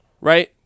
right